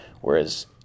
whereas